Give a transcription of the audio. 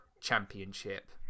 Championship